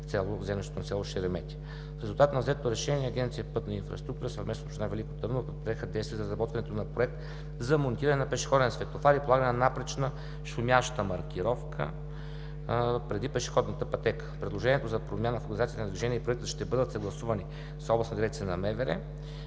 в землището на село Шереметя. В резултат на взетото решение Агенция „Пътна инфраструктура“ съвместно с община Велико Търново предприеха действия за разработването на проект за монтирането на пешеходен светофар и полагане на напречна шумяща маркировка преди пешеходната пътека. Предложението за промяна в организацията на движение и проектът ще бъдат съгласувани с